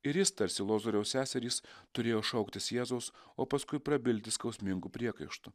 ir jis tarsi lozoriaus seserys turėjo šauktis jėzaus o paskui prabilti skausmingu priekaištu